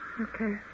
Okay